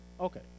Okay